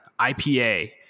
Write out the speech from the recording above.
IPA